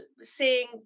seeing